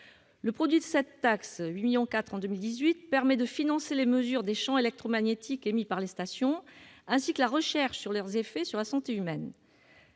Le produit de cette taxe- 8,4 millions d'euros en 2018 -permet de financer les mesures des champs électromagnétiques émis par les stations, ainsi que la recherche sur leurs effets sur la santé humaine.